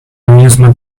amusement